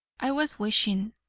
i was wishing,